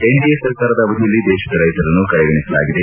NDA ಸರ್ಕಾರದ ಅವಧಿಯಲ್ಲಿ ದೇಶದ ರೈತರನ್ನು ಕಡೆಗಣಿಸಲಾಗಿದೆ